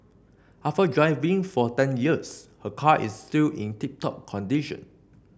after driving for ten years her car is still in tip top condition